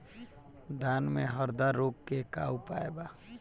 धान में हरदा रोग के का उपाय बा?